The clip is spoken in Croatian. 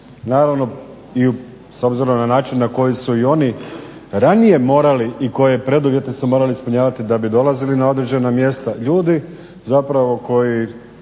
naravno i s obzirom na način na koji su oni ranije morali i koje preduvjete su morali ispunjavati da bi dolazili na određena mjesta ljudi koji